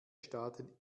staaten